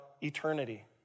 eternity